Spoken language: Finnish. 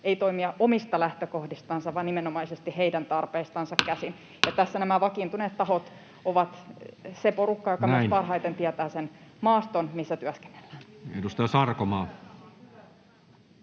Ei toimia omista lähtökohdistansa, vaan nimenomaisesti heidän tarpeistansa käsin. Ja tässä nämä vakiintuneet tahot ovat se porukka, joka nyt parhaiten tietää sen maaston, missä työskennellään. Näin. — Edustaja Sarkomaa.